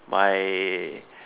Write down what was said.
by